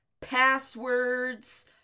passwords